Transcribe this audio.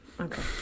okay